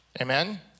Amen